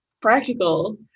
practical